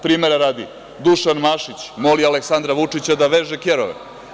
Primera radi Dušan Mašić moli Aleksandra Vučića da veže kerove.